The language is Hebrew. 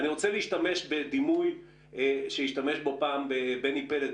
אני רוצה להשתמש בדימוי של בני פלד,